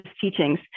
teachings